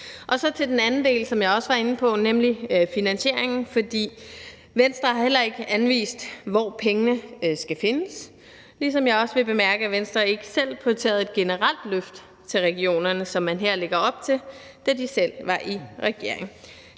videre til den anden del, som jeg også var inde på, nemlig finansieringen, for Venstre har ikke anvist, hvor pengene skal findes, og jeg vil også bemærke, at Venstre ikke prioriterede et generelt løft til regionerne, som man her lægger op til, da de selv var i regering.